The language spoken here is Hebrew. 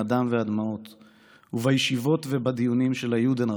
בין הדם והדמעות / ובישיבות ובדיונים של היודנרט,